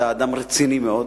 אתה אדם רציני מאוד,